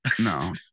No